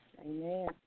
Amen